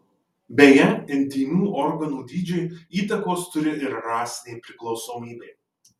beje intymių organų dydžiui įtakos turi ir rasinė priklausomybė